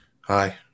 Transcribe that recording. Hi